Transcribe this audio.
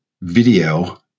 video